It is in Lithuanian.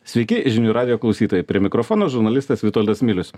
sveiki žinių radijo klausytojai prie mikrofono žurnalistas vitoldas milius